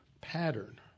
pattern